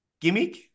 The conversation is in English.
gimmick